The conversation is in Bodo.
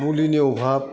मुलिनि अभाब